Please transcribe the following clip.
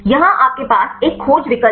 यहां आपके पास एक खोज विकल्प है